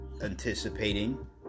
anticipating